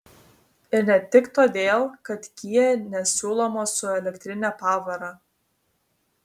ir ne tik todėl kad kia nesiūlomas su elektrine pavara